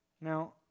Now